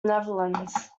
netherlands